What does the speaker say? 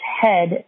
head